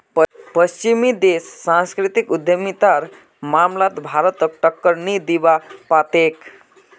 पश्चिमी देश सांस्कृतिक उद्यमितार मामलात भारतक टक्कर नी दीबा पा तेक